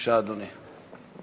בבקשה, אדוני.